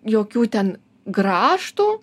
jokių ten grąžtų